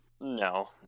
No